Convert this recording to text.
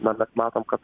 na mes matom kad